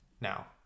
now